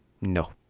No